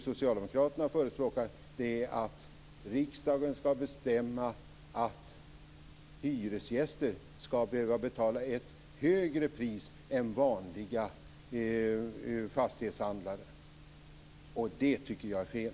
Socialdemokraterna förespråkar att riksdagen skall bestämma att hyresgäster skall behöva betala ett högre pris än vanliga fastighetshandlare. Det tycker jag är fel.